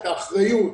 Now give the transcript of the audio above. את האחריות,